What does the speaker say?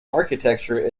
architecture